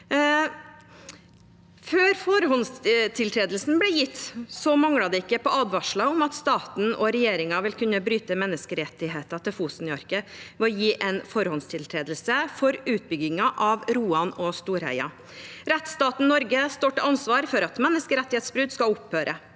Før forhåndstiltredelse ble gitt, manglet det ikke advarsler om at staten og regjeringen ville kunne bryte menneskerettighetene i Fovsen-Njaarke, altså Fosen reinbeitedistrikt, ved å gi en forhåndstiltredelse for utbyggingen av Roan og Storheia. Rettsstaten Norge står til ansvar for at menneskerettighetsbrudd skal opphøre.